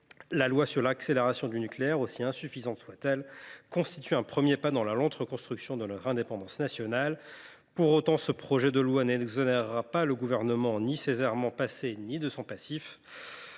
ou loi Nouveau Nucléaire, aussi insuffisante soit elle, constitue un premier pas dans la longue reconstruction de notre indépendance nationale. Pour autant, le présent projet de loi n’exonérera le Gouvernement ni de ses errements passés ni de son passif.